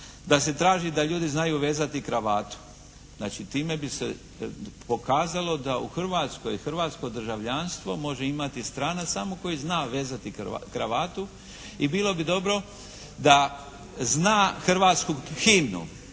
da se traži da ljudi znaju vezati kravatu. Znači time bi se pokazalo da u Hrvatskoj, hrvatsko državljanstvo može imati stranac samo koji zna vezati kravatu i bilo bi dobro da zna hrvatsku himnu.